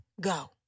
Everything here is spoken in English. Go